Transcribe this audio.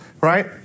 right